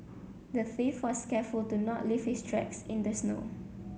the thief was careful to not leave his tracks in the snow